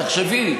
תחשבי,